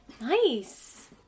Nice